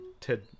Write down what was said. Ted